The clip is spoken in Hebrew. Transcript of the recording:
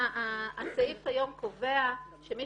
הסעיף היום קובע שמי